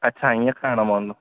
अच्छा हीअं करणो पवंदो